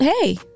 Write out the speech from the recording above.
Hey